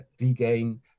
regain